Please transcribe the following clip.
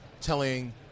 telling